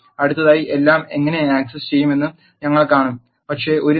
അടുത്തതായി എല്ലാം എങ്ങനെ ആക്സസ് ചെയ്യുമെന്ന് ഞങ്ങൾ കാണും പക്ഷേ ഒരു നിര